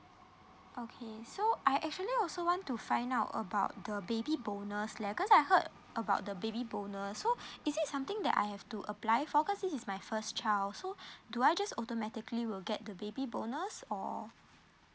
okay so I actually also want to find out about the baby bonus leh cause I heard about the baby bonus so is it something that I have to apply for cause this is my first child so do I just automatically will get the baby bonus or